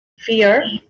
fear